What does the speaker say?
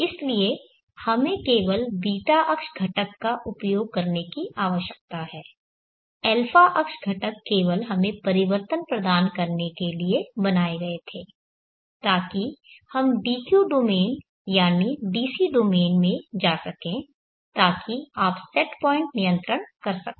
इसलिए हमें केवल β अक्ष घटक का उपयोग करने की आवश्यकता है α अक्ष घटक केवल हमें परिवर्तन प्रदान करने के लिए बनाए गए थे ताकि हम dq डोमेन यानी DC डोमेन में जा सकें ताकि आप सेट पॉइंट नियंत्रण कर सकें